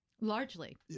Largely